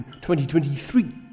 2023